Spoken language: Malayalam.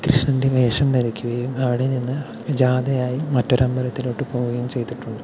കൃഷ്ണൻ്റെ വേഷം ധരിക്കുകയും അവിടെ നിന്നും ജാഥയായി മറ്റൊരു അമ്പലത്തിലോട്ട് പോകുകയും ചെയ്തിട്ടുണ്ട്